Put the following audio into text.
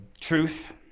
truth